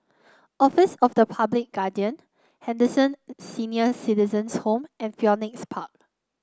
office of the Public Guardian Henderson Senior Citizens' Home and Phoenix Park